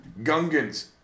Gungans